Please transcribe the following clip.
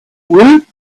woot